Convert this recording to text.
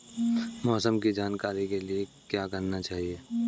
मौसम की जानकारी के लिए क्या करना चाहिए?